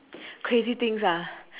crazy things ah